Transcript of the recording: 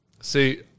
See